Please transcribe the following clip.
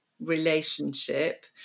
relationship